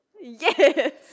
Yes